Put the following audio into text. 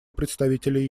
представителя